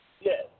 Yes